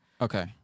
Okay